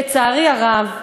לצערי הרב,